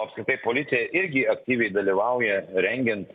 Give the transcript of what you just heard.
apskritai policija irgi aktyviai dalyvauja rengiant